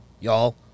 y'all